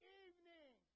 evening